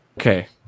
Okay